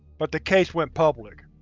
but the case went public.